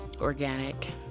organic